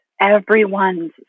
everyone's